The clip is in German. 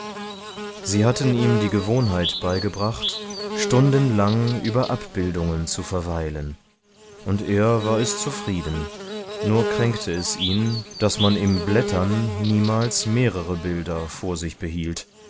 sie hatten ihm die gewohnheit beigebracht stundenlang über abbildungen zu verweilen und er war es zufrieden nur kränkte es ihn daß man im blättern niemals mehrere bilder vor sich behielt